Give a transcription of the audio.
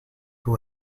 who